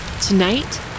Tonight